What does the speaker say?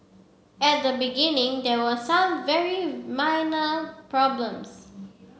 at the beginning there were some very minor problems